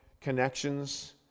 connections